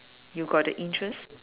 you got the interest